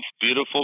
beautiful